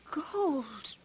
gold